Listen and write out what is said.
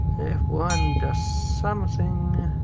f one does something.